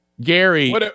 Gary